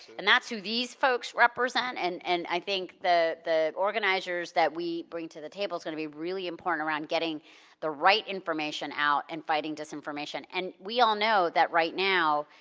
and that's who these folks represent. and and i think the the organizers that we bring to the table is gonna be really important around getting the right information out and fighting disinformation. and we all know that right now,